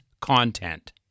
content